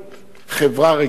חברה רגישה,